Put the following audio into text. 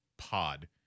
pod